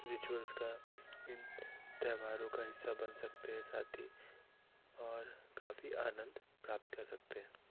rituals का इन त्यौहारों का हिस्सा बन सकते हैं साथ ही और काफ़ी आनंद प्राप्त कर सकते हैं